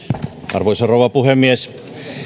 arvoisa rouva puhemies